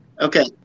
okay